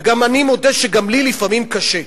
וגם אני מודה שגם לי לפעמים קשה,